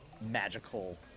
magical